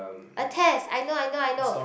a test I know I know I know